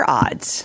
odds